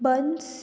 buns